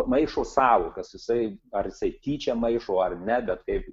maišo sąvokas jisai ar jisai tyčia maišo ar ne bet kaip bet kaip